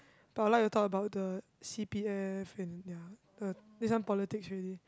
but I like to talk about the c_p_f and ya uh this one politics already